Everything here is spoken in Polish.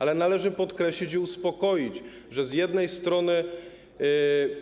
Ale należy podkreślić i uspokoić, że z jednej strony